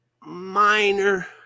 minor